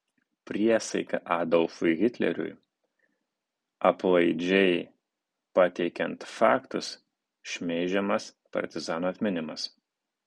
priesaika adolfui hitleriui aplaidžiai pateikiant faktus šmeižiamas partizanų atminimas